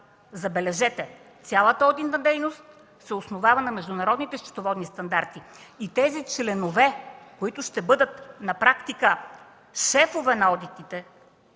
Забележете, цялата одитна дейност се обосновава на международните счетоводни стандарти и тези членове, които на практика ще бъдат шефове на одитите